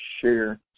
share